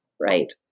right